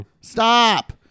Stop